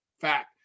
Fact